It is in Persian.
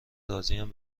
راضیم